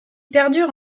perdure